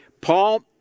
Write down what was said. Paul